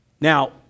Now